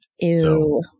Ew